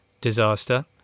disaster